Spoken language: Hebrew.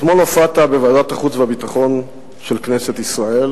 אתמול הופעת בוועדת חוץ וביטחון של כנסת ישראל,